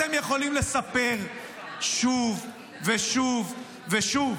אתם יכולים לספר שוב ושוב ושוב